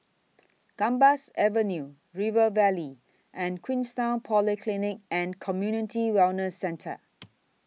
Gambas Avenue River Valley and Queenstown Polyclinic and Community Wellness Centre